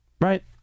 right